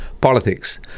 politics